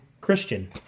christian